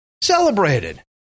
Celebrated